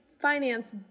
finance